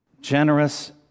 generous